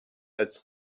als